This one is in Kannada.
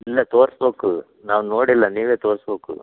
ಇಲ್ಲ ತೋರ್ಸ್ಬೇಕು ನಾವು ನೋಡಿಲ್ಲ ನೀವೇ ತೋರ್ಸ್ಬೇಕು